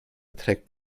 trägt